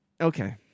Okay